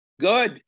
Good